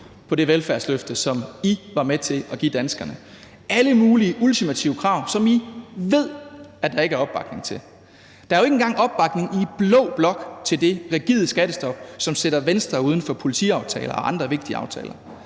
på det velfærdsløfte, som I var med til at give danskerne, alle mulige ultimative krav, som I ved at der ikke er opbakning til. Der er jo ikke engang opbakning i blå blok til det rigide skattestop, som sætter Venstre uden for politiaftalen og andre vigtige aftaler.